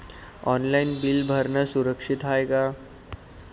Online bill भरनं सुरक्षित हाय का?